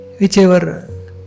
Whichever